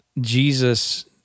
Jesus